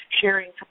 sharing